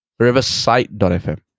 Riversite.fm